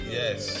yes